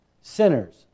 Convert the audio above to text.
Sinners